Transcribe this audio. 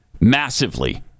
Massively